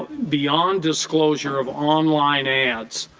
beyond disclosure of online ads,